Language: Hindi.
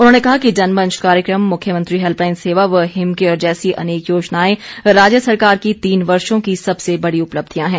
उन्होंने कहा कि जनमंच कार्यकम मुख्यमंत्री हैल्पलाईन सेवा व हिमकेयर जैसी अनेक योजनाएं राज्य सरकार की तीन वर्षो की सबसे बड़ी उपलब्धियां हैं